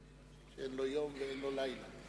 אין לו יום ואין לו לילה.